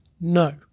no